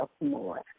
more